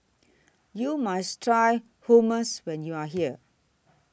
YOU must Try Hummus when YOU Are here